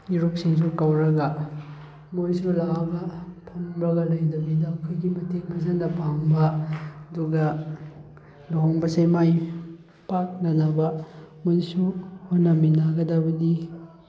ꯏꯔꯨꯞꯁꯤꯡꯁꯨ ꯀꯧꯔꯒ ꯃꯣꯏꯁꯨ ꯂꯥꯛꯑꯒ ꯐꯝꯃꯒ ꯂꯩꯇꯕꯤꯗ ꯑꯩꯈꯣꯏꯒꯤ ꯃꯇꯦꯡ ꯐꯖꯅ ꯄꯥꯡꯕ ꯑꯗꯨꯒ ꯂꯨꯍꯣꯡꯕꯁꯦ ꯃꯥꯏ ꯄꯥꯛꯅꯅꯕ ꯃꯣꯏꯁꯨ ꯍꯣꯠꯅ ꯃꯤꯟꯅꯒꯗꯕꯅꯤ